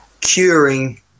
Curing